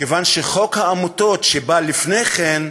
מכיוון שחוק העמותות, שבא לפני כן,